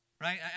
right